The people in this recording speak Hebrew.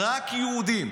רק יהודים.